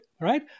Right